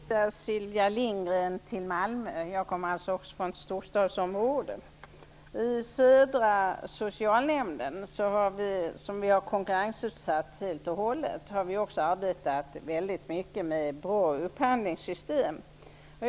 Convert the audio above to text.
Fru talman! Jag skulle vilja bjuda Sylvia Lindgren till Malmö. Jag kommer också från ett storstadsområde. I Södra socialnämndens område, som vi har konkurrensutsatt helt och hållet, har vi också arbetat väldigt mycket med ett bra upphandlingssystem.